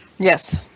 Yes